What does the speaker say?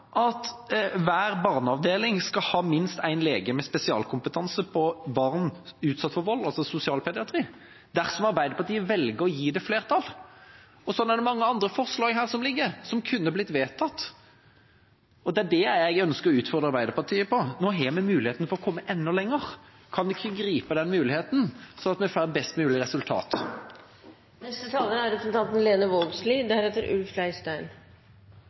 at hver barneavdeling skal ha minst én lege med spesialkompetanse på barn utsatt for vold, altså sosialpediatri, dersom Arbeiderpartiet velger å gi det flertall. Det er mange andre forslag som ligger her, som kunne blitt vedtatt, og det er det jeg ønsker å utfordre Arbeiderpartiet på: Nå har vi muligheten til å komme enda lenger. Kan vi ikke gripe den muligheten, slik at vi får best mulig